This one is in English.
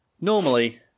Normally